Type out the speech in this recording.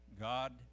God